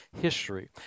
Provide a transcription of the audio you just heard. history